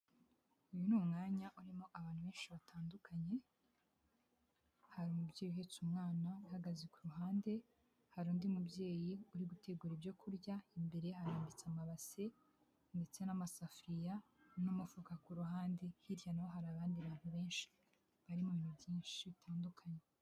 Uyu ni umwanya urimo abantu benshi batandukanye hari umubyeyi uhetse umwana uhagaze ku ruhande, hari undi mubyeyi uri gutegura ibyo kurya imbere ye harambitse amabase ndetse n'amasafuriya n'umufuka, ku ruhande hirya naho hari abandi bantu benshi bari mu bintu byinshi bitandukanye.